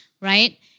right